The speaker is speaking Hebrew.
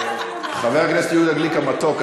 חבר הכנסת יהודה גליק המתוק,